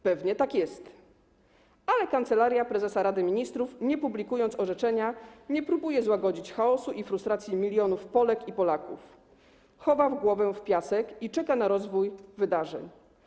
Pewnie tak jest, ale Kancelaria Prezesa Rady Ministrów, nie publikując orzeczenia, nie próbuje złagodzić chaosu i frustracji milionów Polek i Polaków, chowa głowę w piasek i czeka na rozwój wydarzeń.